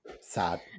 Sad